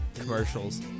commercials